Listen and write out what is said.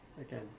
Again